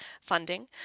funding